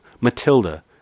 Matilda